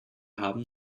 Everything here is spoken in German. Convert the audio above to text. haben